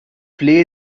flehe